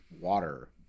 water